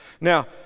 Now